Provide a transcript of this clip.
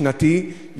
שנתי,